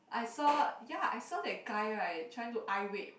I saw ya I saw that guys right trying to eye rape